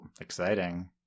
exciting